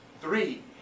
three